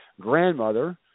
grandmother